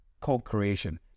co-creation